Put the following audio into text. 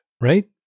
right